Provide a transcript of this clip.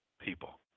people